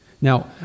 Now